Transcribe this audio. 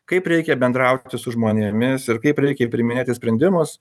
kaip reikia bendrauti su žmonėmis ir kaip reikia priiminėti sprendimus